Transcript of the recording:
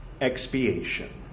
Expiation